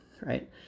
right